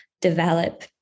develop